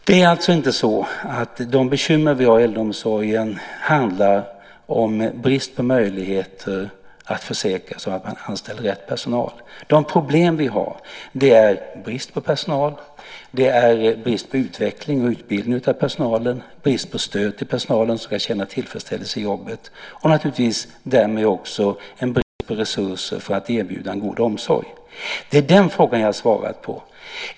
Det är alltså inte så att de bekymmer vi har i äldreomsorgen handlar om brist på möjligheter att försäkra sig om att man anställer rätt personal. De problem som vi har är brist på personal, brist på utveckling och utbildning av personalen, brist på stöd till personalen för att känna tillfredsställelse i jobbet och därmed naturligtvis också en brist på resurser för att erbjuda en god omsorg. Det är den frågan som jag svarat på.